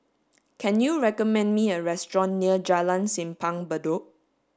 can you recommend me a restaurant near Jalan Simpang Bedok